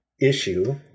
issue